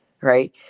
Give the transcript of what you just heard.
right